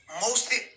Mostly